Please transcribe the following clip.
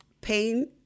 Pain